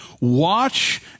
watch